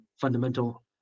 fundamental